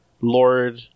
lord